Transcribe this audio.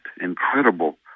incredible